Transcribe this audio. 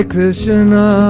Krishna